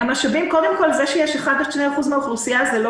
קודם כול זה שיש 1% 2% מן האוכלוסייה זה לא